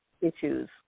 issues